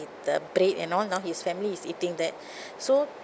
the bread and all now his family is eating that so